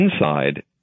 inside